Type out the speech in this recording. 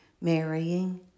marrying